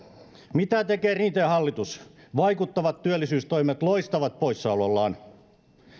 mitä tekee rinteen hallitus vaikuttavat työllisyystoimet loistavat poissaolollaan